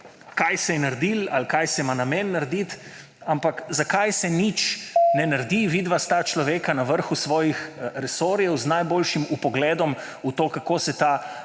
kaj se je naredilo ali kaj se ima namen narediti, ampak zakaj se nič ne naredi. Vidva sta človeka na vrhu svojih resorjev, z najboljšim vpogledom v to, kako se ta